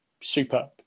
super